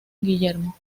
guillermo